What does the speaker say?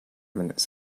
minutes